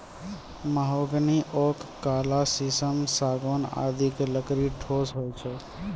mahogany, oak, काला शीशम, सागौन आदि के लकड़ी ठोस होय छै